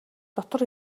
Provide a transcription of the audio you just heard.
дотор